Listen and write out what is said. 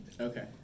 Okay